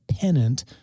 pennant